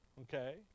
Okay